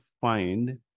find